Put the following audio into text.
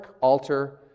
altar